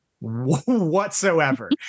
whatsoever